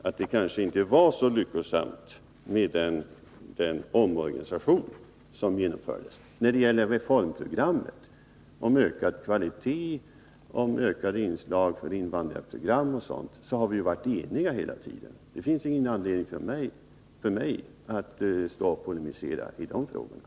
Den omorganisation som genomfördes var kanske ändå inte så lyckosam. När det gäller reformprogrammet om ökad kvalitet, om ökade inslag av invandrarprogram och sådant har vi hela tiden varit eniga. Det finns ingen anledning för mig att stiga upp och polemisera i de frågorna.